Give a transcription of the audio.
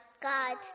God